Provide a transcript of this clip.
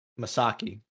Masaki